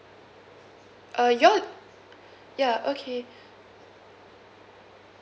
uh you all ya okay